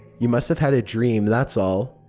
you must have had a dream, that's all.